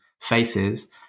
faces